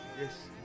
Yes